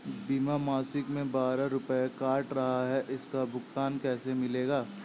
बीमा मासिक में बारह रुपय काट रहा है इसका भुगतान कैसे मिलेगा?